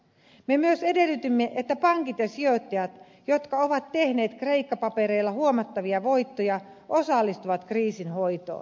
me myös edellytimme että pankit ja sijoittajat jotka ovat tehneet kreikka papereilla huomattavia voittoja osallistuvat kriisin hoitoon